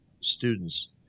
students